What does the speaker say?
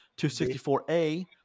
264A